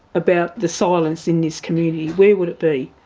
about the silence in this community, where would it be?